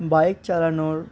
bike চালানোর